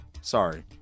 Sorry